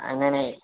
வாங்கணே